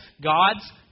gods